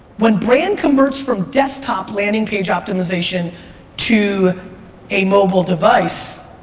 when brand converts from desktop landing page optimization to a mobile device,